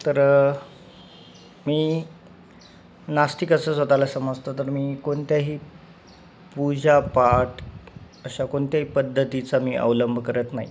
तर मी नास्तिक असं स्वतःला समजतो तर मी कोणत्याही पूजापाठ अशा कोणत्याही पद्धतीचा मी अवलंब करत नाही